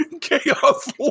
Chaos